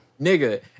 nigga